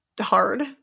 hard